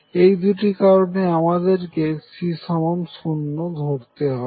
এই দুটি কারণে আমাদেরকে C0 ধরতে হবে